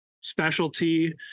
specialty